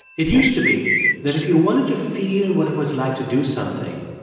it used to be that if you wanted to feel what it was like to do something,